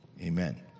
amen